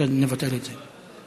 בסדר, נבטל את זה.